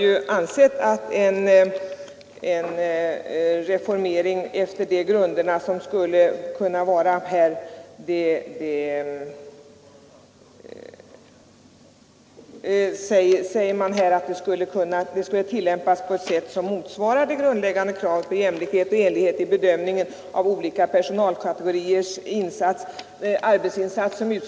Utskottet säger att ordensväsendet i praktiken inte skulle kunna utformas och tillämpas på ett sätt som motsvarar det grundläggande kravet på jämlikhet och enhetlighet i bedömningen av olika personalkategoriers arbetsinsatser.